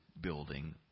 building